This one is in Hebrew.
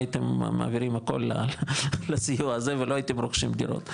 הייתם מעבירים הכול לסיוע הזה ולא הייתם רוכשים דירות,